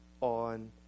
on